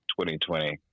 2020